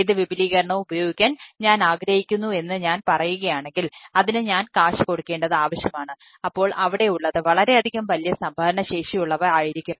ഏത് വിപുലീകരണവും ഉപയോഗിക്കാൻ ഞാനാഗ്രഹിക്കുന്നു എന്ന് ഞാൻ പറയുകയാണെങ്കിൽ അതിന് ഞാൻ കാശ് കൊടുക്കേണ്ടത് ആവശ്യമാണ് അപ്പോൾ അവിടെയുള്ളത് വളരെ അധികം വലിയ സംഭരണശേഷിയുള്ളവ ആയിരിക്കും